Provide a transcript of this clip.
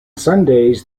sundays